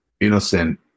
Innocent